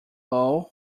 low